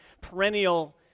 perennial